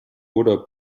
oder